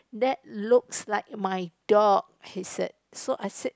that looks like my dog he said so I said